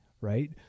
right